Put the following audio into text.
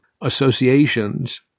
Associations